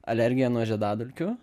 alergiją nuo žiedadulkių